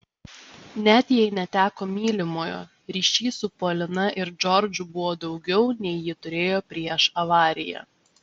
net jei neteko mylimojo ryšys su polina ir džordžu buvo daugiau nei ji turėjo prieš avariją